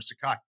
Sakai